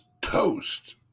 toast